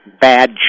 bad